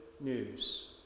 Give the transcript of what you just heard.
news